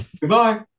Goodbye